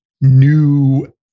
new